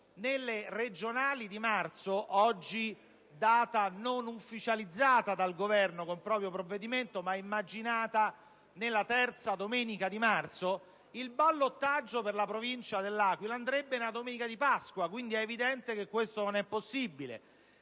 le regionali di marzo - data oggi non ufficializzata dal Governo con proprio provvedimento, ma immaginata nella terza domenica di marzo - il ballottaggio per la provincia dell'Aquila avverrebbe nella domenica di Pasqua ed è del tutto evidente che questo non è possibile.